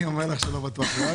אני אומר לך שלא בטוח...